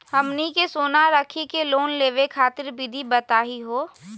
हमनी के सोना रखी के लोन लेवे खातीर विधि बताही हो?